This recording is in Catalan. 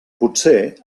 potser